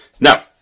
Now